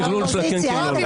זה הטרלול של הכן-כן, לא-לא.